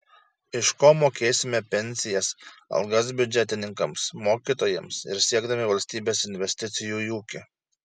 iš ko mokėsime pensijas algas biudžetininkams mokytojams ir siekdami valstybės investicijų į ūkį